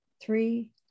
three